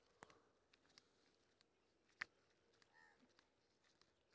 कि हम खेती के लिऐ लोन ले सके छी?